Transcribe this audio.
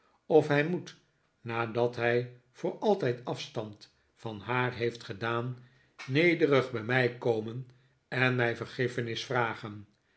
of hij moet nadat hij voor altijd afstand van haar heeft gedaan nederig bij mij komen en mij vergiffenis vragen